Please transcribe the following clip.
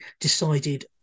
decided